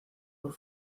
por